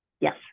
Yes